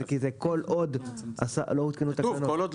כי זה כל עוד לא הותקנו תקנות.